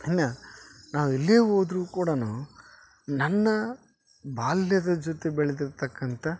ಇನ್ನು ನಾವು ಎಲ್ಲೆ ಹೋದ್ರು ಕೂಡ ನನ್ನ ಬಾಲ್ಯದ ಜೊತೆ ಬೆಳೆದಿರತಕ್ಕಂತ